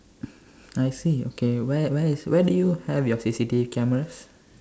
I see okay where where is where do you have your C_C_T_V cameras